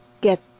get